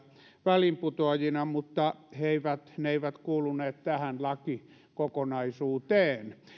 väliinputoajina mutta ne eivät kuuluneet tähän lakikokonaisuuteen